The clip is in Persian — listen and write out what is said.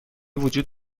وجود